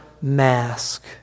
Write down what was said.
Mask